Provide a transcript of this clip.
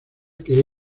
que